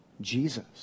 Jesus